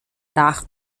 nach